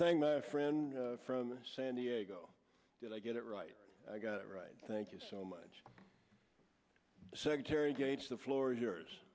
saying my friend from san diego did i get it right i got it right thank you so much secretary gates the floor is yours